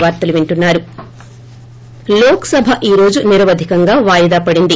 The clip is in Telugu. బ్రేక్ లోక్సభ ఈ రోజు నిరవధికంగా వాయిదా పడింది